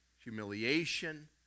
humiliation